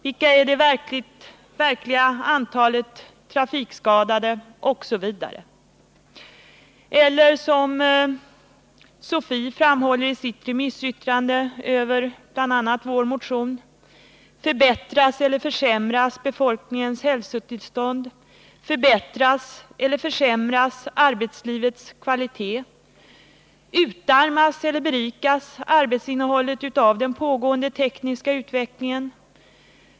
Vilket är det verkliga antalet trafikskadade, osv.? Eller — som SOFI framhåller i sitt remissyttrande över bl.a. vår motion: Förbättras eller försämras befolkningens hälsotillstånd? Förbättras eller försämras arbetslivets kvalitet? Utarmas eller berikas arbetsinnehållet av den pågående tekniska utvecklingen?